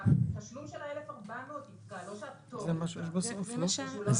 שהתשלום של 1,400 יפקע, ולא הפטור יפקע.